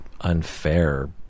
unfair